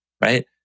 right